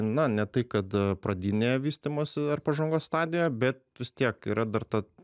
na ne tai kad pradinėje vystymosi ar pažangos stadijoje bet vis tiek yra dar ta